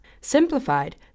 Simplified